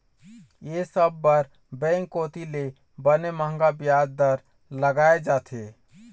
ये सब बर बेंक कोती ले बने मंहगा बियाज दर लगाय जाथे